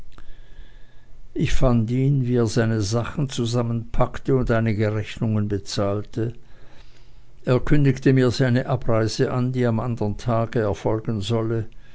ich fand ihn wie er seine sachen zusammenpackte und einige rechnungen bezahlte er kündigte mir seine abreise an die am andern tage erfolgen sollte